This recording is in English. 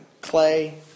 clay